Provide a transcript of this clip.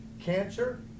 Cancer